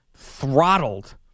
Throttled